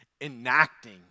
enacting